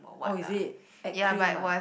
oh is it add cream ah